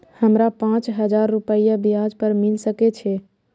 हमरा पाँच हजार रुपया ब्याज पर मिल सके छे?